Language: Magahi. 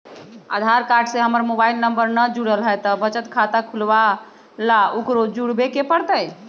आधार कार्ड से हमर मोबाइल नंबर न जुरल है त बचत खाता खुलवा ला उकरो जुड़बे के पड़तई?